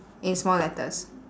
in small letters